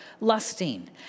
lusting